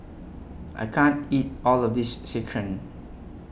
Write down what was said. I can't eat All of This Sekihan